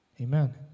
Amen